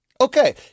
Okay